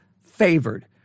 favored